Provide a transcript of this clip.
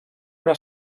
una